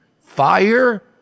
fire